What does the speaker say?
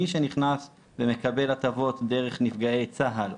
מי שנכנס ומקבל הטבות דרך נפגעי צה"ל,